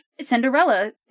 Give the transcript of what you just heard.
cinderella